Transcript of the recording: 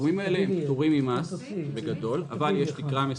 הסכומים האלה פטורים ממס, אבל יש תקרה מסוימת.